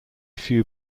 few